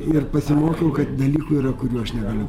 ir pasimokiau kad dalykų yra kurių aš negaliu